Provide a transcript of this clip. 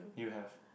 you have